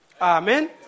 Amen